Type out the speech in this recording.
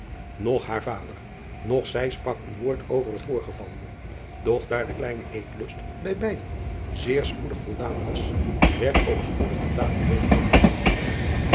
och haar vader noch zij sprak een woord over het voorgevallene doch daar de kleine eetlust bij beiden zeer spoedig voldaan was werd ook spoedig de tafel weder afgenomen